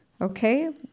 Okay